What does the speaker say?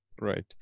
Right